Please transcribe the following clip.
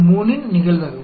3 இன் நிகழ்தகவு